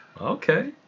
Okay